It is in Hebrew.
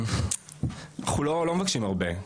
אנחנו לא מבקשים הרבה,